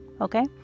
Okay